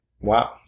Wow